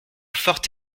forte